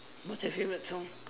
what's your favourite song